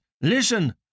listen